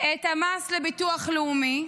את המס לביטוח לאומי,